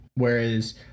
Whereas